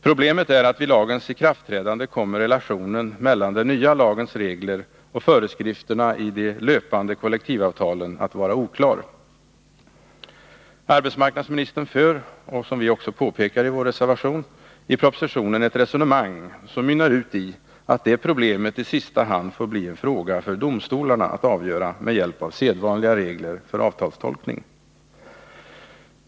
Problemet är att vid lagens ikraftträdande kommer relationen mellan den nya lagens regler och föreskrifterna i de löpande kollektivavtalen att vara oklar. Arbetsmarknadsministern för — som vi påpekar i vår reservation — i propositionen ett resonemang, som mynnar ut iatt det problemet ii sista hand får bli en fråga för domstolarna att avgöra med hjälp av sedvanliga regler för avtalstolkning.